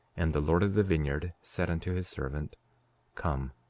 and the lord of the vineyard said unto his servant come,